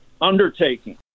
undertaking